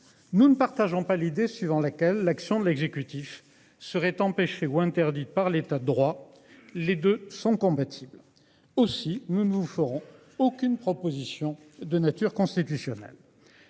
Nous ne partageons pas l'idée suivant laquelle l'action de l'exécutif serait empêché ou interdites par l'état de droit. Les 2 sont compatibles. Aussi nous ne vous ferons aucune proposition de nature constitutionnelle.